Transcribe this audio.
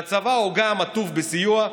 בצבא הוא גם עטוף בסיוע,